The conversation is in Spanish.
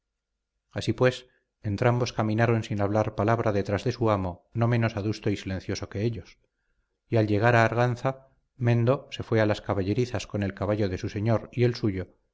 así pues entrambos caminaron sin hablar palabra detrás de su amo no menos adusto y silencioso que ellos y al llegar a arganza mendo se fue a las caballerizas con el caballo de su señor y el suyo